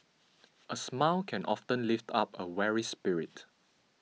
a smile can often lift up a weary spirit